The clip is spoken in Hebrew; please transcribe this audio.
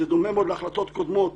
זה דומה מאוד להחלטות קודמות,